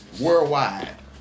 worldwide